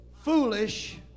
Foolish